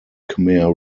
khmer